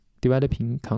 developing